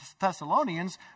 Thessalonians